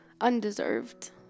undeserved